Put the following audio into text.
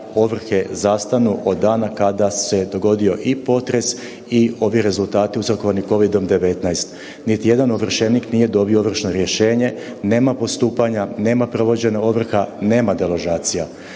ovrhe zastanu od dana kada se dogodio i potres i ovi rezultati uzrokovani Covidom-19. Niti jedan ovršenik nije dobio ovršno rješenje, nema postupanja, nema provođenja ovrha, nema deložacija.